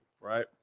right